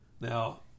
Now